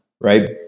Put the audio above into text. right